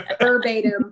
verbatim